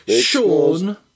Sean